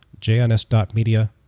JNS.media